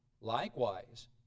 Likewise